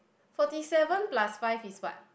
forty seven plus five is what